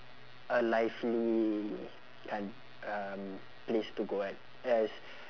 a lively coun~ um place to go at as